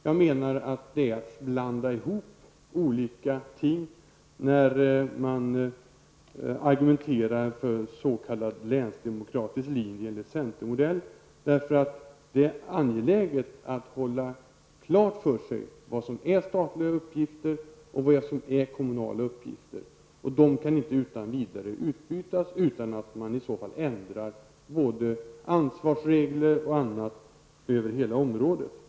Jag menar att man blandar ihop olika ting när man argumenterar för en s.k. länsdemokratisklinje enligt centermodell. Det är angeläget att man har klart för sig vad som är statliga uppgifter och vad som är kommunala uppgifter. Det kan inte utan vidare ändras utan att både ansvarsregler och annat över hela området ändras.